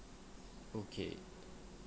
okay